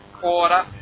quarter